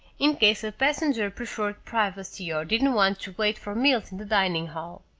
in case a passenger preferred privacy or didn't want to wait for meals in the dining hall.